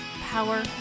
power